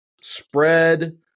spread